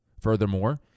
Furthermore